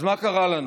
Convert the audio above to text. אז מה קרה לנו?